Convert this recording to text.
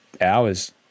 hours